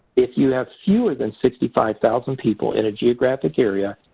if you have fewer than sixty five thousand people in a geographic area,